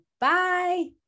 Bye